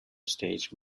stage